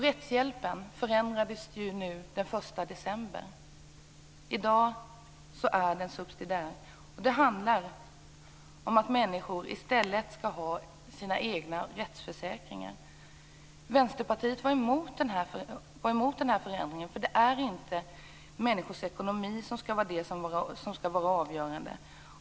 Rättshjälpen förändrades ju den 1 december. I dag är den subsidiär. Det handlar om att människor i stället skall ha sina egna rättsförsäkringar. Vänsterpartiet var emot denna förändring, för det är inte människors ekonomi som skall vara avgörande.